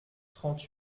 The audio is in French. trente